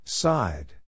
Side